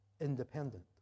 independent